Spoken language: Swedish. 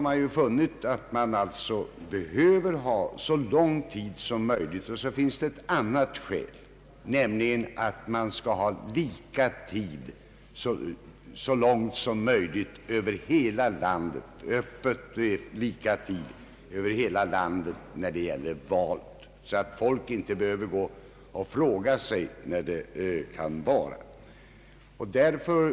Man fann att man behövde ha så lång tid som möjligt för valförrättningen och att man därför så långt möjligt borde ha vallokalerna öppna på samma tider över hela landet, så att inte folk behövde fråga sig när just deras vallokaler var öppna.